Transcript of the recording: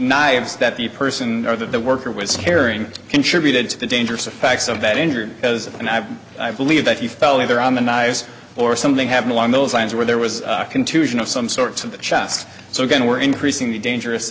knives that the person or the worker was carrying contributed to the dangerous effects of that injury as and i believe that he fell either on the knives or something happen along those lines where there was a contusion of some sorts of the chest so again we're increasing the dangerous